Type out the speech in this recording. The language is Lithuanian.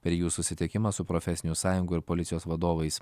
per jų susitikimą su profesinių sąjungų ir policijos vadovais